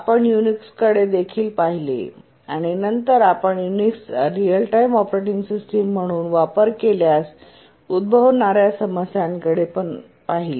आपण युनिक्सकडे देखील पाहिले आणि नंतर आपण युनिक्सचा रिअल टाइम ऑपरेटिंग सिस्टम म्हणून वापर केल्यास उद्भवणार्या समस्यांकडे आपण पाहिले